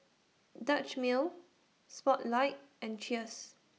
Dutch Mill Spotlight and Cheers